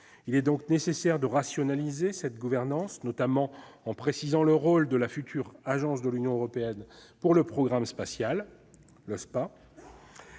Il est donc nécessaire de rationaliser cette gouvernance, notamment en précisant le rôle de la future Agence de l'Union européenne pour le programme spatial, l'Euspa.